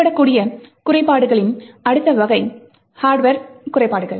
ஏற்படக்கூடிய குறைபாடுகளின் அடுத்த வகை ஹார்ட்வர் குறைபாடுகள்